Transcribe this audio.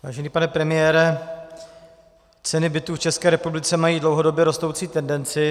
Vážený pane premiére, ceny bytů v České republice mají dlouhodobě rostoucí tendenci.